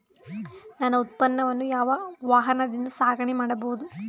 ನನ್ನ ಉತ್ಪನ್ನವನ್ನು ಯಾವ ವಾಹನದಿಂದ ಸಾಗಣೆ ಮಾಡಬಹುದು?